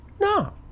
no